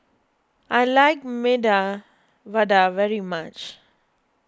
I like Medu Vada very much